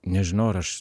nežinau ar aš